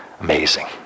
Amazing